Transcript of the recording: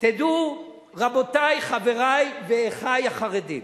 תדעו, רבותי, חברי ואחי החרדים,